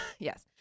Yes